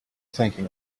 thinking